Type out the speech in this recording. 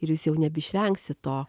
ir jūs jau nebeišvengsit to